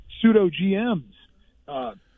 pseudo-GMs